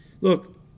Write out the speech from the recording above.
Look